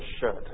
shirt